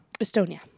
Estonia